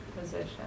position